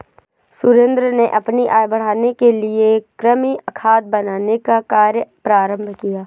सुरेंद्र ने अपनी आय बढ़ाने के लिए कृमि खाद बनाने का कार्य प्रारंभ किया